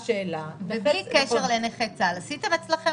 בלי קשר לנכי צה"ל, האם עשיתם אצלכם